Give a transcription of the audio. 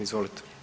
Izvolite.